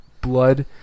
blood